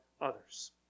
others